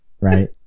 right